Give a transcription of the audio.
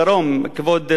כבוד שר הפנים,